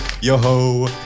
Yo-ho